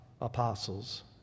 apostles